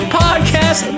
podcast